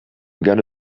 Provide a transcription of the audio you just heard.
gonna